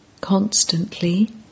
constantly